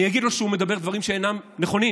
אני אגיד לו שהוא מדבר דברים שאינם נכונים,